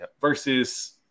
versus